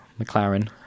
McLaren